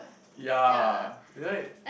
ya right